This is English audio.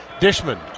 Dishman